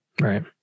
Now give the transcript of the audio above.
Right